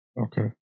Okay